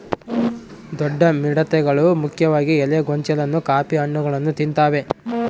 ದೊಡ್ಡ ಮಿಡತೆಗಳು ಮುಖ್ಯವಾಗಿ ಎಲೆ ಗೊಂಚಲನ್ನ ಕಾಫಿ ಹಣ್ಣುಗಳನ್ನ ತಿಂತಾವೆ